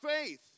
faith